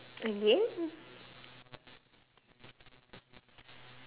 again